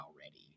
already